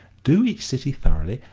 do each city thoroughly,